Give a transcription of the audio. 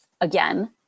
again